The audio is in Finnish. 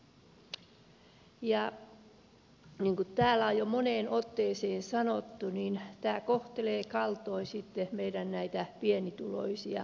niin kuin täällä on jo moneen otteeseen sanottu tämä kohtelee kaltoin näitä meidän pienituloisia maassamme